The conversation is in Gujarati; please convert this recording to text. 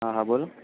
હા હા બોલો